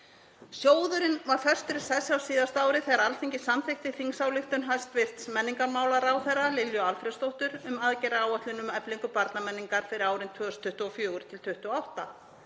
Sjóðurinn var festur í sessi á síðasta ári þegar Alþingi samþykkti þingsályktun hæstv. menningarmálaráðherra Lilju Alfreðsdóttur um aðgerðaáætlun um eflingu barnamenningar fyrir árin 2024–2028.